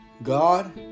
God